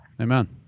Amen